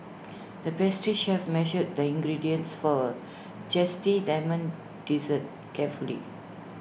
the pastry chef measured the ingredients for A Zesty Lemon Dessert carefully